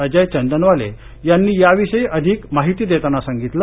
अजय चंदनवाले यांनी याविषयी अधिक माहिती देताना सांगितलं